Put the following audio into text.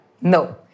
No